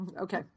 Okay